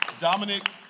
Dominic